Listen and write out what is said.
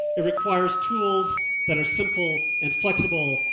it requires tools that are simple and flexible,